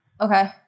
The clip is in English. Okay